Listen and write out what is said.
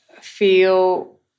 feel